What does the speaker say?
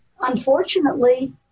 unfortunately